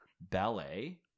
ballet